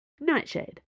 Nightshade